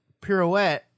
pirouette